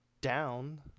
down